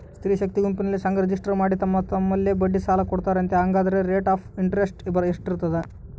ಸ್ತ್ರೇ ಶಕ್ತಿ ಗುಂಪಿನಲ್ಲಿ ಸಂಘ ರಿಜಿಸ್ಟರ್ ಮಾಡಿ ತಮ್ಮ ತಮ್ಮಲ್ಲೇ ಬಡ್ಡಿಗೆ ಸಾಲ ಕೊಡ್ತಾರಂತೆ, ಹಂಗಾದರೆ ರೇಟ್ ಆಫ್ ಇಂಟರೆಸ್ಟ್ ಎಷ್ಟಿರ್ತದ?